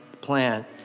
plant